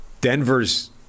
Denver's